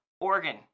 organ